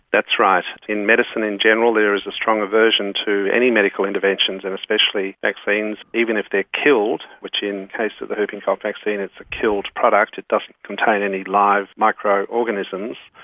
that's right. in medicine in general there is a strong aversion to any medical interventions and especially vaccines, even if they are killed, which in the case of the whooping cough vaccine it's a killed product, it doesn't contain any live microorganisms,